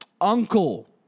uncle